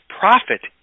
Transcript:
profit